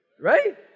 right